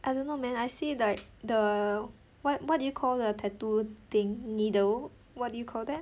I don't know man I see like the what what do you call a tattoo thing needle what do you call that